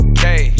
Okay